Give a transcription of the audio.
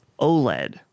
OLED